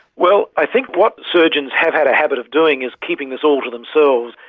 well, i think what surgeons have had a habit of doing is keeping this all to themselves,